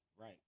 Right